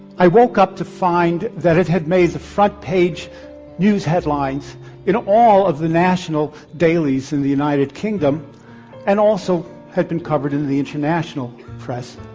i woke up to find that it had made the front page news headlines in all of the national dailies in the united kingdom and also had been covered in the international press.